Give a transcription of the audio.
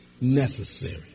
necessary